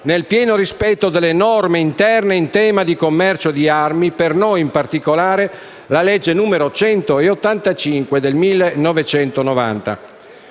nel pieno rispetto delle norme interne in tema di commercio di armi (per noi, in particolare, la legge n. 185 del 1990).